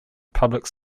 public